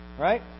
right